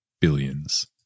billions